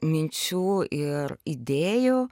minčių ir idėjų